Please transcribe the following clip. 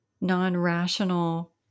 non-rational